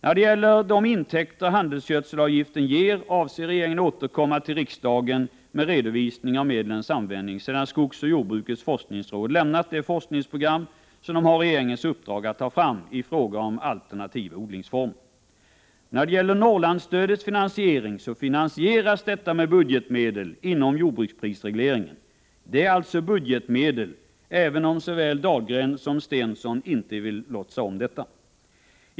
När det gäller de intäkter som handelsgödselavgiften ger avser regeringen att återkomma till riksdagen med redovisning av medlens användning sedan skogsoch jordbrukets forskningsråd lämnat det forskningsprogram i fråga om alternativa odlingsformer som man har regeringens uppdrag att ta fram. Finansieringen av Norrlandsstödet sker genom budgetmedel inom jordbruksprisregleringen. Det är alltså fråga om budgetmedel, även om varken Anders Dahlgren eller Börje Stensson vill låtsas om detta.